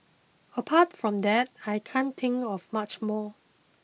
apart from that I can't think of much more